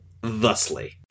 thusly